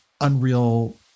unreal